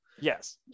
Yes